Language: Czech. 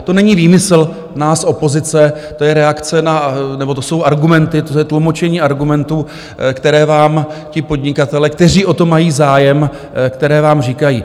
To není výmysl nás opozice, to je reakce na... nebo to jsou argumenty, to je tlumočení argumentů, které vám ti podnikatelé, kteří o to mají zájem, které vám říkají.